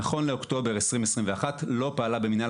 נכון לאוקטובר 2021 לא פעלה במינהל